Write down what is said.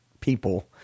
people